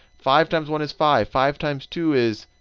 five times one is five. five times two is